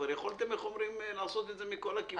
כבר יכולתם לעשות את זה מכל הכיוונים.